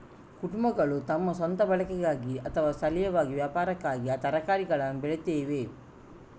ಕುಟುಂಬಗಳು ತಮ್ಮ ಸ್ವಂತ ಬಳಕೆಗಾಗಿ ಅಥವಾ ಸ್ಥಳೀಯವಾಗಿ ವ್ಯಾಪಾರಕ್ಕಾಗಿ ತರಕಾರಿಗಳನ್ನು ಬೆಳೆಯುತ್ತವೆ